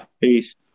Peace